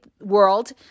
world